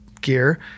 gear